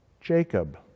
jacob